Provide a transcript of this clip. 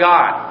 God